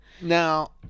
now